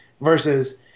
versus